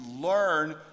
learn